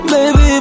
Baby